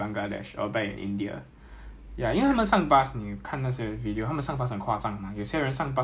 ya so so so I think it's fine just just that 不要